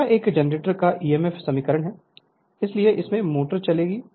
Refer Slide Time 2322 अगला एक generator का ईएमएफ समीकरण है इसलिए इससे मोटर चलेगी